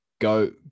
go